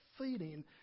feeding